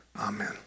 Amen